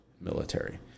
military